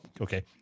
Okay